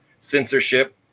censorship